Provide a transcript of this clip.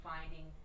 finding